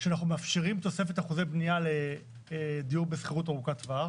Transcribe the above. שאנחנו מאפשרים תוספת אחוזי בנייה לדיור בשכירות ארוכת טווח